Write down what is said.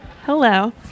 Hello